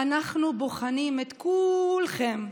אנחנו בוחנים את כולכם,